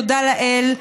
תודה לאל,